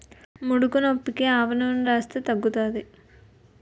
ముడుకునొప్పికి ఆవనూనెని రాస్తే తగ్గుతాది